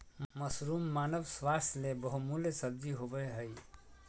mushroom मानव स्वास्थ्य ले बहुमूल्य सब्जी होबय हइ